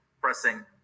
pressing